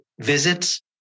visits